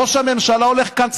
ראש הממשלה הולך כאן,